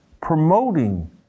promoting